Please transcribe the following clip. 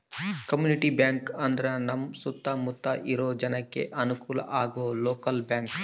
community bank ಅಂದ್ರ ನಮ್ ಸುತ್ತ ಮುತ್ತ ಇರೋ ಜನಕ್ಕೆ ಅನುಕಲ ಆಗೋ ಲೋಕಲ್ ಬ್ಯಾಂಕ್